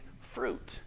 fruit